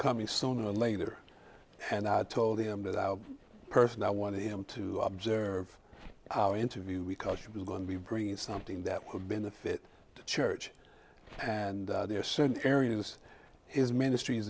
coming sooner or later and i told him that our person i wanted him to observe our interview because he was going to be bringing something that would benefit the church and there are certain areas is ministr